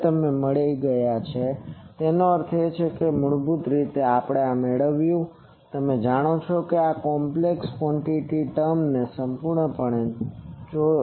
તેથી હવે તમે મળી ગયા છે આ તેનો અર્થ એ કે તમે મૂળભૂત રીતે આ મેળવ્યું છે તમે જાણો છો કે તમે આ કોમ્પ્લેક્ષ ક્વાન્ટીટી ટર્મ ને સંપૂર્ણપણે જાણો છો